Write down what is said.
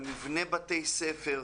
למבנה בתי ספר,